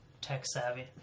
tech-savvy